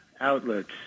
outlets